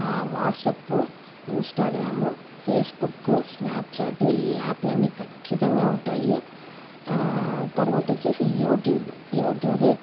WhatsApp Instagram Facebook Snapchat ఈ యాప్లన్నీఖచ్చితంగా ఉంటాయి తర్వాత వచ్చేసి యూట్యూబ్ యూట్యూబ్ ఎక్కువ